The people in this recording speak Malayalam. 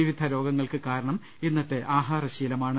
വിവിധ രോഗങ്ങൾക്ക് കാരണം ഇന്നത്തെ ആഹാര ശീല മാണ്